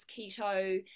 keto